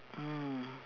mm